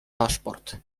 paszport